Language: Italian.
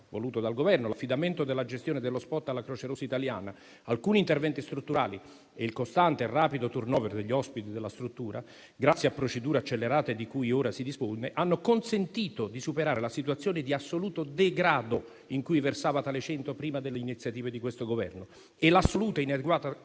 voluto dal Governo, l'affidamento della gestione dell'*hotspot* alla Croce rossa italiana, alcuni interventi strutturali e il costante e rapido *turnover* degli ospiti della struttura, grazie a procedure accelerate di cui ora si dispone, hanno consentito di superare la situazione di assoluto degrado in cui versava tale centro prima delle iniziative di questo Governo e l'assoluta inadeguata